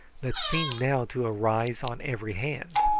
that seemed now to arise on every hand.